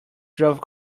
drove